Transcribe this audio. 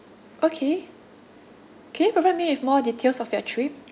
okay can you provide me with more details of your trip